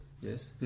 yes